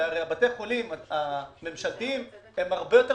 והרי בתי החולים הממשלתיים הם הרבה יותר